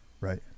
Right